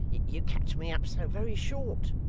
you catch me up so very short